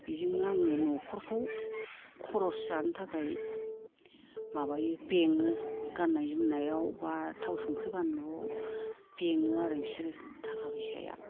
बिजोंनो आङो नखरखौ खरस जानो थाखाय माबायो बेङो गाननाय जोमनायाव बा थाव संख्रि बानलु बेङो आरो बिसोर थाखा फैसाया